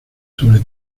sobre